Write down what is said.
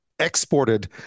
exported